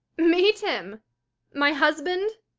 meet him my husband?